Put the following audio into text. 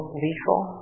lethal